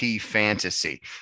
fantasy